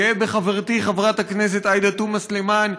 גאה בחברתי חברת הכנסת עאידה תומא סלימאן,